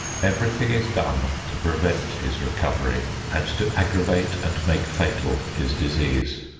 everything is done to prevent his recovery and to aggravate and make fatal his disease.